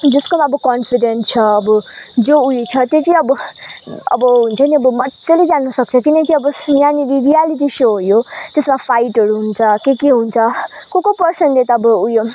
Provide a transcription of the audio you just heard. जसकोमा अब कन्फिडेन्ट छ अब जो उयो छ त्यो चाहिँ अब अब हुन्छ नि अब मजाले जानुसक्छ किनकि अब यहाँनिर रियालिटी सो हो यो त्यसमा फाइटहरू हुन्छ के के हुन्छ को को परसनले त अब उयो